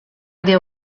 des